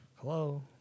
Hello